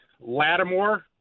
Lattimore